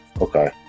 Okay